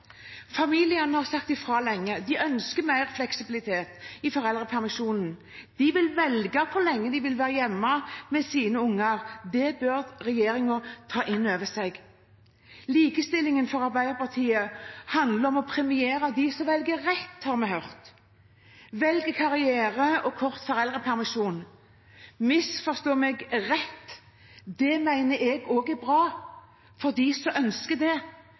Familiene har sagt fra lenge. De ønsker mer fleksibilitet i foreldrepermisjonen. De vil velge hvor lenge de vil være hjemme med sine unger. Det bør regjeringen ta inn over seg. Likestilling for Arbeiderpartiet handler om å premiere dem som velger rett, har vi hørt – velger karriere og kort foreldrepermisjon. Misforstå meg rett, det mener jeg også er bra, for dem som ønsker det.